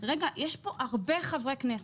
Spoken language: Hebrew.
רגע יש פה הרבה חברי כנסת.